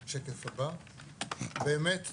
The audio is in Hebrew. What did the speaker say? באמת,